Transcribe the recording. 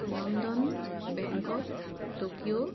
London Bangkok Tokyo